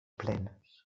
plenes